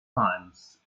times